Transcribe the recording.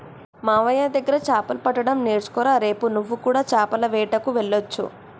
మామయ్య దగ్గర చాపలు పట్టడం నేర్చుకోరా రేపు నువ్వు కూడా చాపల వేటకు వెళ్లొచ్చు